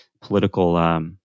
political